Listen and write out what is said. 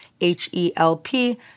H-E-L-P